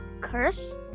Curse